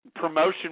promotion